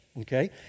okay